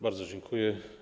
Bardzo dziękuję.